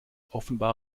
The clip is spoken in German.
offenbar